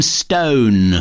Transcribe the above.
stone